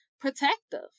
protective